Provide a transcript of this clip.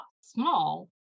Small